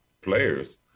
players